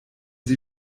sie